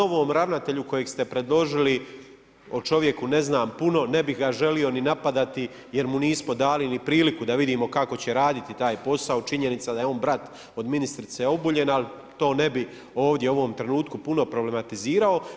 O novom ravnatelju kojeg ste predložili, o čovjeku ne znam puno, ne bih ga želio ni napadati jer mu nismo dali ni priliku da vidimo kako će raditi taj posao, činjenica da je on brat od ministrice Obuljen, ali to ne bi ovdje o ovom trenutku puno problematizirao.